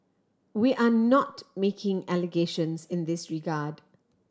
we are not making allegations in this regard